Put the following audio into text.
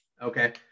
Okay